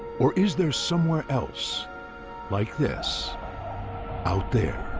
or is there somewhere else like this out there?